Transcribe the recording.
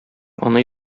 аны